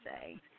say